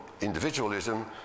individualism